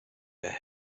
der